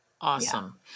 Awesome